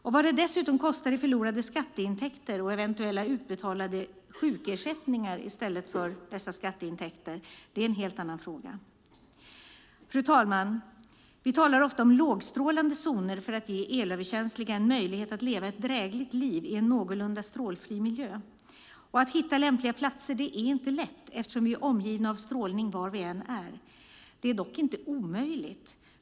Vad denna ohälsa dessutom kostar i förlorade skatteintäkter och eventuella sjukersättningar, i stället för skatteintäkter, är ytterligare en fråga. Fru talman! Vi talar ofta om lågstrålande zoner för att ge elöverkänsliga en möjlighet att leva ett drägligt liv i en någorlunda strålfri miljö. Att hitta lämpliga platser är inte lätt eftersom vi är omgivna av strålning var vi än är. Det är dock inte omöjligt.